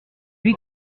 lui